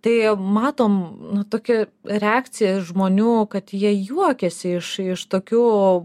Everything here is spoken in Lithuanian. tai matom nu tokią reakciją žmonių kad jie juokiasi iš iš tokių